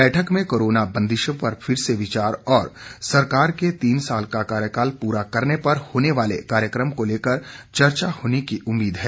बैठक में कोरोना बंदिशों पर फिर से विचार और सरकार के तीन साल का कार्यकाल पूरा करने पर होने वाले कार्यक्रम को लेकर चर्चा होने की उम्मीद है